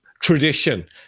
tradition